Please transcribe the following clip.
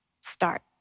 start